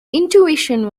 intuition